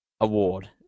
award